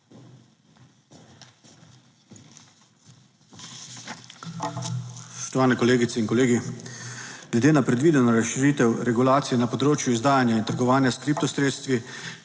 Spoštovane kolegice in kolegi! Glede na predvideno razširitev regulacije na področju izdajanja in trgovanja s kripto sredstvi,